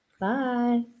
Bye